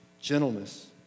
gentleness